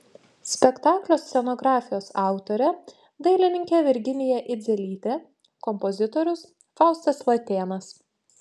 spektaklio scenografijos autorė dailininkė virginija idzelytė kompozitorius faustas latėnas